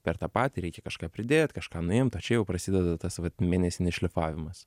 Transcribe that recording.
per tą patį reikia kažką pridėt kažką nuimt o čia jau prasideda tas vat mėnesinis šlifavimas